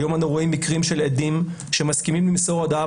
היום אנו רואים מקרים של עדים שמסכימים למסור הודאה